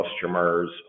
customers